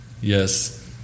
yes